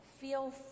feel